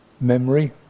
memory